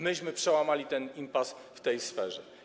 Myśmy przełamali impas w tej sferze.